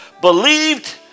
believed